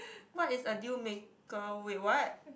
what is a deal maker wait what